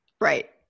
Right